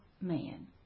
man